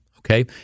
Okay